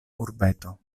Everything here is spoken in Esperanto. urbeto